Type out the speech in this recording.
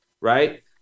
Right